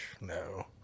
No